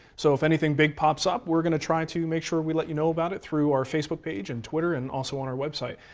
so if anything big pops up, we're going to try to make sure we let you know about it through our facebook page and twitter and also on our website.